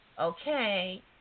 okay